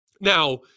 Now